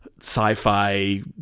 sci-fi